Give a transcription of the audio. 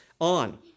on